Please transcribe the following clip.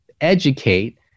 educate